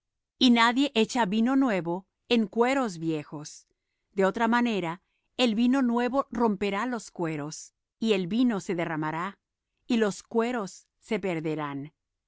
y nadie echa vino nuevo en cueros viejos de otra manera el vino nuevo romperá los cueros y el vino se derramará y los cueros se perderán